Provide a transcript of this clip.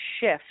shift